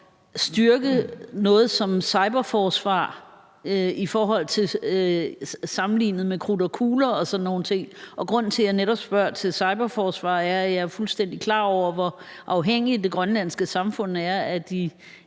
styrke noget som cyberforsvar i forhold til krudt og kugler og sådan nogle ting. Grunden til, at jeg netop spørger til cyberforsvar, er, at jeg er fuldstændig klar over, hvor afhængig det grønlandske samfund er af den